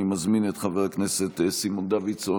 אני מזמין את חבר הכנסת סימון דוידסון.